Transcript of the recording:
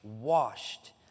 washed